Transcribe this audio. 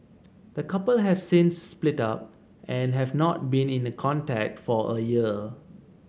the couple have since split up and have not been in contact for a year